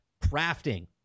crafting